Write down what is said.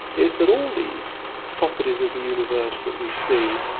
is that all these properties of the universe that we see,